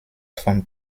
von